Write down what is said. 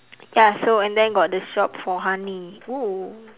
ya so and then got the shop for honey oo